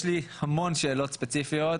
יש לי המון שאלות ספציפיות,